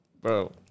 bro